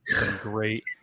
great